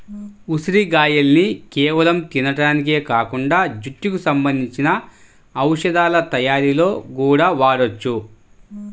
ఉసిరిగాయల్ని కేవలం తింటానికే కాకుండా జుట్టుకి సంబంధించిన ఔషధాల తయ్యారీలో గూడా వాడొచ్చు